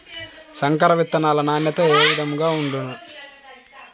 సంకర విత్తనాల నాణ్యత ఏ విధముగా ఉండును?